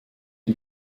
die